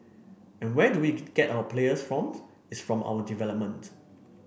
and where do we get our players forms it's from our development